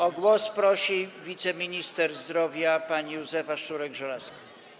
O głos prosi wiceminister zdrowia pani Józefa Szczurek-Żelazko.